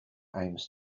aims